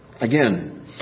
Again